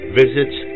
visits